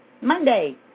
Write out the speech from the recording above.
Monday